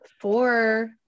four